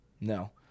No